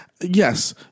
Yes